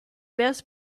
best